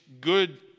good